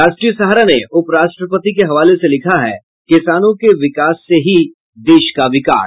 राष्ट्रीय सहारा ने उपराष्ट्रपति के हवाले से लिखा है किसानों के विकास ही है देश का विकास